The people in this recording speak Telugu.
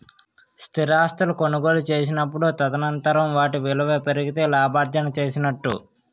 స్థిరాస్తులు కొనుగోలు చేసినప్పుడు తదనంతరం వాటి విలువ పెరిగితే లాభార్జన చేసినట్టు